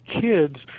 kids